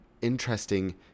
interesting